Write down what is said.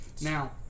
Now